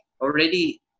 already